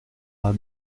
lado